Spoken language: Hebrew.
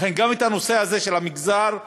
לכן גם בנושא הזה של המגזר הדרוזי,